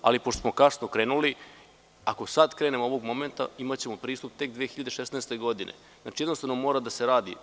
Pošto smo kasno krenuli, ako sada krenemo ovog momenta, imaćemo pristup tek 2016. godine. jednostavno, mora da se radi.